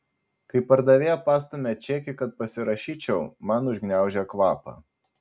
kai pardavėja pastumia čekį kad pasirašyčiau man užgniaužia kvapą